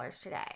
today